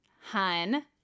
hun